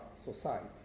society